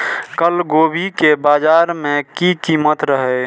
कल गोभी के बाजार में की कीमत रहे?